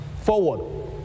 forward